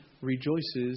rejoices